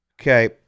Okay